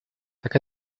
так